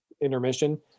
intermission